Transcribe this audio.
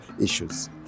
issues